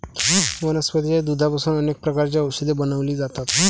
वनस्पतीच्या दुधापासून अनेक प्रकारची औषधे बनवली जातात